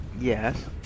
Yes